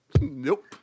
Nope